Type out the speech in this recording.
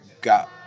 got